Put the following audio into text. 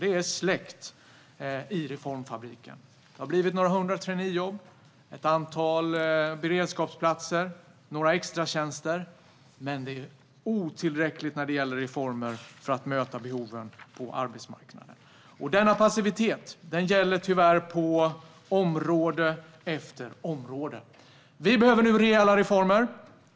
Det är släckt i reformfabriken. Det har blivit några hundra traineejobb, ett antal beredskapsplatser, några extratjänster. Men det är otillräckligt när det gäller reformer för att möta behoven på arbetsmarknaden. Denna passivitet gäller tyvärr på område efter område. Vi behöver nu rejäla reformer.